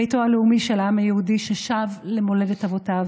ביתו הלאומי של העם היהודי ששב למולדת אבותיו